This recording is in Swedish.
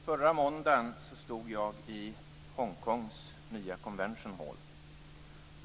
Herr talman! Förra måndagen stod jag i Hongkongs nya Convention Hall.